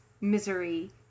misery